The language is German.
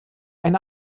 eine